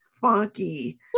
funky